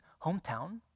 hometown